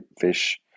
fish